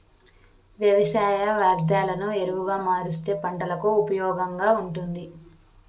వ్యవసాయ వ్యర్ధాలను ఎరువుగా మారుస్తే పంటలకు ఉపయోగంగా ఉంటుంది